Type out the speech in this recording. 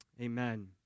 Amen